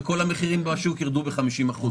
וכל המחירים בשוק ירדו ב-50%.